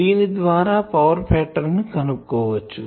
దీని ద్వారా power pattern ని కనుక్కోవచ్చు